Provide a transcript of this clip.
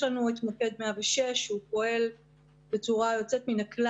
יש לנו את מוקד 106 שהוא פועל בצורה יוצאת מן הכלל.